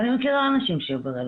ואני מכירה אנשים שהיו ברילוקיישן,